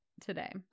today